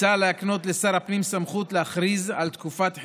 מוצע להקנות לשר הפנים סמכות להכריז על תקופת חירום,